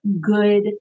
good